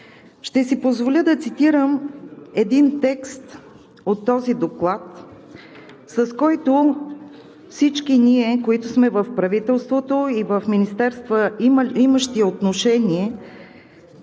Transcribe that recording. Ще си позволя да цитирам един текст от този доклад, с който всички ние, които сме в правителството, и в министерствата имат отношение